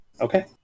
Okay